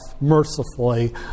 mercifully